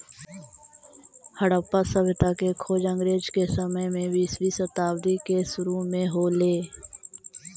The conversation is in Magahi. हड़प्पा सभ्यता के खोज अंग्रेज के समय में बीसवीं शताब्दी के सुरु में हो ले